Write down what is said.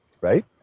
right